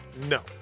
No